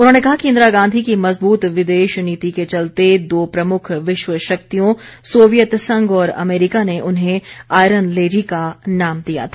उन्होंने कहा कि इंदिरा गांधी की मजबूत विदेश नीति के चलते दो प्रमुख विश्व शक्तियों सोवियत संघ और अमेरिका ने उन्हें आयरन लेडी का नाम दिया था